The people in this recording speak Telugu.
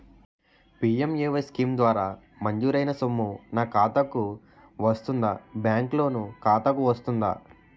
పి.ఎం.ఎ.వై స్కీమ్ ద్వారా మంజూరైన సొమ్ము నా ఖాతా కు వస్తుందాబ్యాంకు లోన్ ఖాతాకు వస్తుందా?